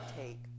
take